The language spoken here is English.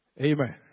amen